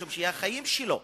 משום שהיא החיים שלו,